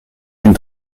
une